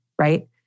right